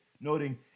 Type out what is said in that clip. noting